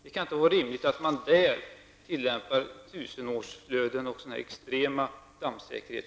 Det kan inte vara rimligt att man där tillämpar tusenårsflöden och extrem dammsäkerhet.